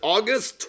August